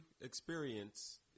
experience